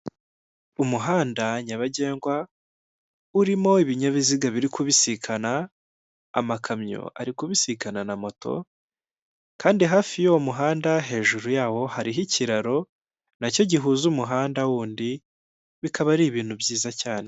Abagabo babiri bose bafite kasike zanditseho sefu moto, aba bagabo bose bambaye amarinete umwe ni umwirabura ariko undi ni umuzungu.